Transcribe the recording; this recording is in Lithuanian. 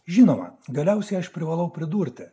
žino galiausiai aš privalau pridurti